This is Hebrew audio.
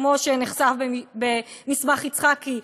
כמו שנחשף במסמך יצחקי,